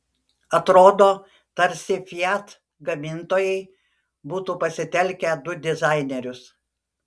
atrodo tarsi fiat gamintojai būtų pasitelkę du dizainerius